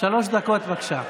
שלוש דקות, בבקשה.